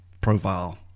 profile